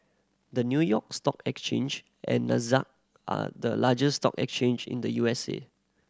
the New York Stock Exchange and Nasdaq are the largest stock exchange in the U S A